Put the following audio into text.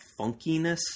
funkiness